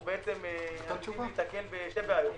אנחנו עלולים להיתקל בשתי בעיות.